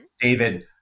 David